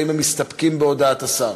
האם הם מסתפקים בהודעת השר?